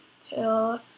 till